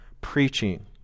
preaching